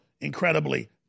incredibly